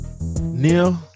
Neil